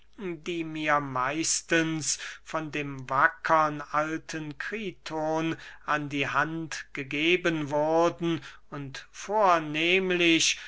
die mir meistens von dem wackern alten kriton an die hand gegeben wurden und vornehmlich